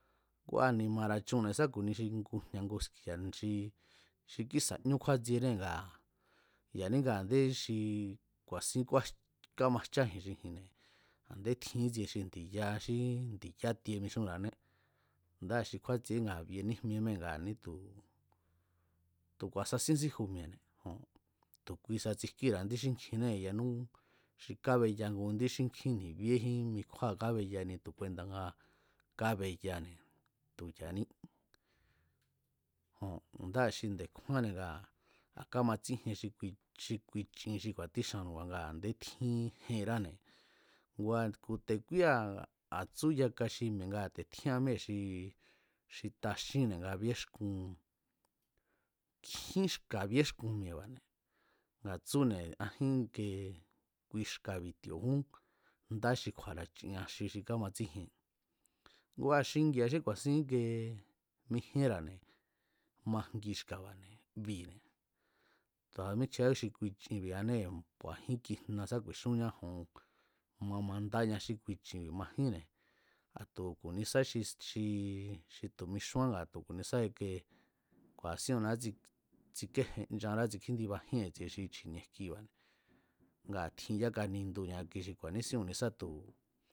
Kua̱ ni̱ma̱ra̱ chunne̱ sá ku̱ni ngujña̱ nguski̱a̱ xi xi kísa̱ ñú kjúátsiené ngaa̱ ya̱ní nga a̱ndé xi ku̱a̱sín kúáj, kámajcháji̱n xi ji̱nne̱ a̱ndé tjin ítsie xi ndi̱ya xí ndi̱yá tie mixúnra̱ané ndáa̱ xi kjúátsiee ngua̱ bie níjmie míée̱ ngaa̱ ní tu̱ tu̱ ku̱a̱sasín síju mi̱e̱ne̱ joo̱n tu̱ kuisa tsijkíra̱ indí xínkjinnée̱ yanú xi kábeya ngu ndí xínkjín ni̱ bíéjín mi kjúáa̱ kábeyani tu̱ kuenda̱ nga kábeyane̱ tu̱ ya̱ní joo̱n, ndáa̱ xi nde̱kjúánne̱ a̱ kamatsíjien xi kui chin xi ku̱a̱tíxannu̱ba̱ nga a̱ndé tjín jenráne̱ ngua̱ ku̱ te̱ kúía̱ tsú yaka xi mi̱e̱ nga̱a̱ te̱ tjían míée̱ xi xi taxínne̱ nga bíéxkun nkjín xka̱ bíéxkun mi̱e̱ba̱ne̱ nga tsúne̱ ajín kie kui xka̱bi̱ ti̱o̱jún ndá xi kju̱a̱ra̱ chi axi xi kámatsíjien ngua̱ xingi̱a̱a xí ku̱a̱sin íkie mijíénra̱ne̱ majngi xka̱ba̱ne̱ bine̱ tu̱a míchjiá xi kui chinbi̱anée̱ ku̱a̱jín kijna sá ku̱i̱xúnñá jo̱on ma mandáña xí kui chinbi̱ majínne̱ a̱ tu̱ ku̱nisa xi xi tu̱ mixúán nga tu̱ ku̱nisá xi ikie ku̱a̱sin ku̱nisá tsikéjenchará tsikjíndibajíen i̱tsie xi chji̱ni̱e̱ jkiba̱ne̱ ngaa̱ tjin yáka nindu xi ku̱a̱nísín ku̱nisá tu̱